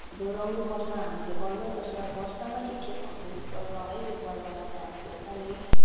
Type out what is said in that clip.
दोहोऱ्याउनु पर्छ हामीले गर्नै पर्छ वर्षमा एकखेप आउँछ यो पर्व है यो पर्वलाई चाहिँ हामीले एकदमै